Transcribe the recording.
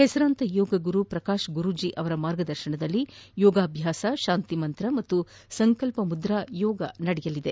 ಹೆಸರಾಂತ ಯೋಗ ಗುರು ಪ್ರಕಾಶ್ ಗುರೂಜಿ ಅವರ ಮಾರ್ಗದರ್ಶನದಲ್ಲಿ ಯೋಗಭ್ಯಾಸ ಶಾಂತಿ ಮಂತ್ರ ಹಾಗೂ ಸಂಕಲ್ಪ ಮುದ್ರಾ ಯೋಗ ನಡೆಯಲಿದೆ